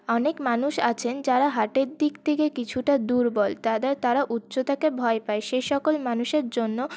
অনেক মানুষ আছেন যারা হার্টের দিক থেকে কিছুটা দুর্বল তারা উচ্চতাকে ভয় পায় সে সকল মানুষের জন্য